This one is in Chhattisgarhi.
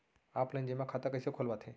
ऑफलाइन जेमा खाता कइसे खोलवाथे?